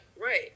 right